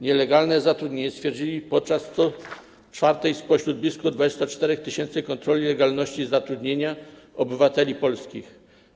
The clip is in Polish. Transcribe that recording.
Nielegalne zatrudnienie stwierdzili podczas co czwarta spośród blisko 24 tys. kontroli legalności zatrudnienia obywateli polskich.